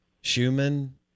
Schumann